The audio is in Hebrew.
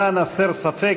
למען הסר ספק,